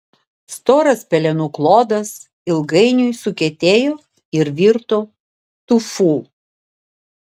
storas pelenų klodas ilgainiui sukietėjo ir virto tufu